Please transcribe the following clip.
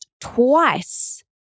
twice